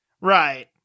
Right